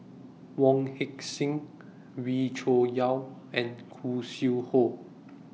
Wong Heck Sing Wee Cho Yaw and Khoo Sui Hoe